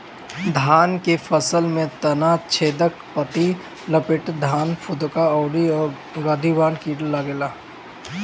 धान के फसल में तना छेदक, पत्ति लपेटक, धान फुदका अउरी गंधीबग कीड़ा लागेला